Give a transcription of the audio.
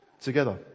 together